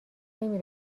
نمی